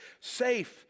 safe